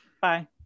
bye